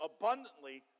abundantly